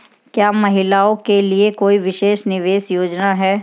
क्या महिलाओं के लिए कोई विशेष निवेश योजना है?